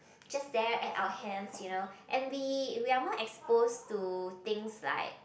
just there at our hands you know and we we are more exposed to things like